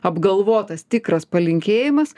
apgalvotas tikras palinkėjimas